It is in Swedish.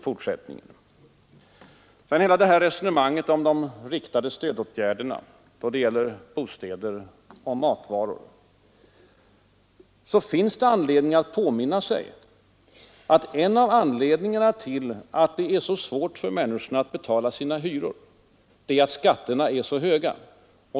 Inför hela resonemanget om riktade stödåtgärder då det gäller bostäder och matvaror finns det anledning att påminna sig, att en av anledningarna till att det är så svårt för människor att betala sina hyror är de höga skatterna.